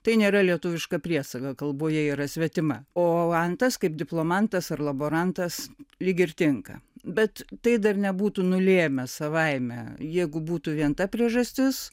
tai nėra lietuviška priesaga kalboje yra svetima o antas kaip diplomantas ar laborantas lyg ir tinka bet tai dar nebūtų nulėmę savaime jeigu būtų vien ta priežastis